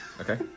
Okay